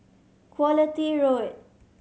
Quality Road